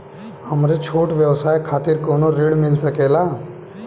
हमरे छोट व्यवसाय खातिर कौनो ऋण मिल सकेला?